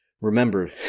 Remember